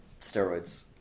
steroids